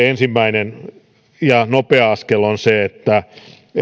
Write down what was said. ensimmäinen ja nopea askel on se että